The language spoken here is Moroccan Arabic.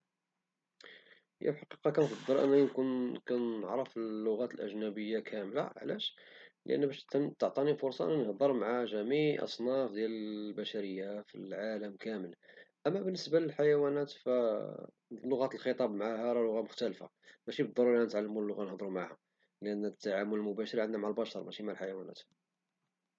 في الحقيقة كنفضل أنني نكون أنني كنعرف اللغات الأجنبية كاملة، علاش؟ باش نقدر نهدر مع جميع أصناف البشرية في العالم كامل، أما بالنسبة للحيوانات فلغة الخطاب معها مختلفة وماشي بالضرورة نتعلمو اللغة باش نهدرو معها لأن التعامل المباشر عندنا مع البشر ماشي مع الحيوان.